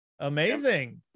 Amazing